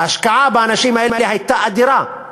ההשקעה באנשים האלה הייתה אדירה.